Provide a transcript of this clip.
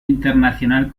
internacional